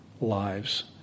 lives